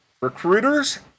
Recruiters